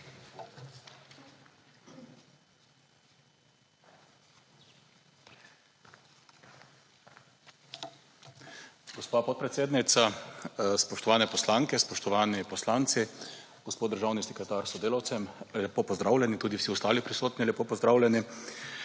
Gospa podpredsednica, spoštovane poslanke, spoštovani poslanci, gospod državni sekretar s sodelavcem, lepo pozdravljeni! Tudi vsi ostali prisotni lepo pozdravljeni!